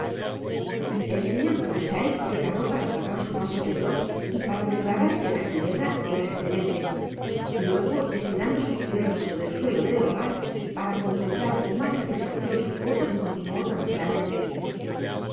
el señor crachit se paró para tragar su vaso de grog y para declarar que la ginebra era escelente luego estirando sus piernas sobre el suelo del hogar para contemplar con mas satisfaccion sus bolas continuó tranquilamente